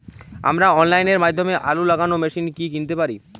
আমরা অনলাইনের মাধ্যমে আলু লাগানো মেশিন কি কিনতে পারি?